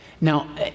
Now